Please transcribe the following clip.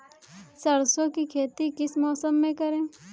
सरसों की खेती किस मौसम में करें?